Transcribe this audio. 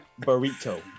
burrito